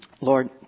Lord